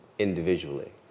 individually